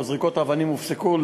או זריקות האבנים הופסקו,